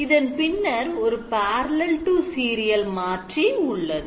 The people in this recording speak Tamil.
இதன்பின்னர் ஓர் parallel to serial மாற்றி உள்ளது